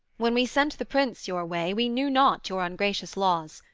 when we sent the prince your way, we knew not your ungracious laws,